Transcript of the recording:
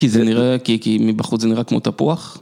כי זה נראה, כי מבחוץ זה נראה כמו תפוח.